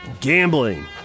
Gambling